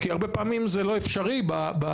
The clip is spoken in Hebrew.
כי הרבה פעמים זה לא אפשרי בנסיבות,